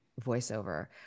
voiceover